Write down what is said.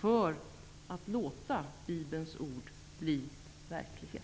för att låta Bibelns ord bli verklighet.